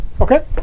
Okay